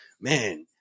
man